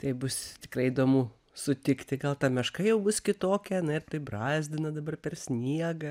tai bus tikrai įdomu sutikti gal ta meška jau bus kitokia na ir taip brazdina dabar per sniegą